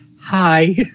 hi